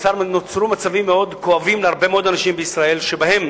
נוצרו מצבים מאוד כואבים להרבה מאוד אנשים בישראל שבהם